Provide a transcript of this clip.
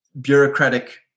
bureaucratic